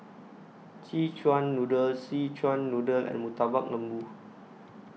Szechuan Noodle Szechuan Noodle and Murtabak Lembu